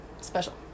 special